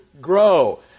grow